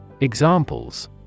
Examples